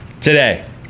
Today